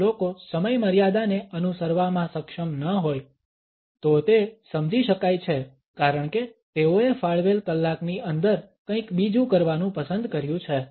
જો લોકો સમયમર્યાદાને અનુસરવામાં સક્ષમ ન હોય તો તે સમજી શકાય છે કારણ કે તેઓએ ફાળવેલ કલાકની અંદર કંઈક બીજું કરવાનું પસંદ કર્યું છે